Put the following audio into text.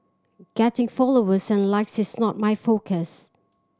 getting followers and likes is not my focus